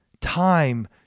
time